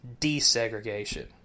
desegregation